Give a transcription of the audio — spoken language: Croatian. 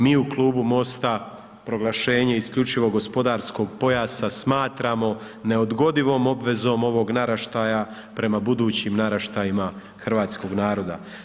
Mi u Klubu MOST-a proglašenje isključivog gospodarskog pojasa smatramo neodgodivom obvezom ovog naraštaja prema budućim naraštajima hrvatskog naroda.